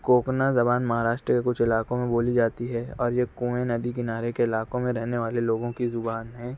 کوپنا زبان مہاراشٹر کے کچھ علاقوں میں بولی جاتی ہے اور یہ کنویں ندی کنارے کے علاقوں میں رہنے والے لوگوں کی زبان ہیں